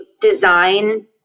design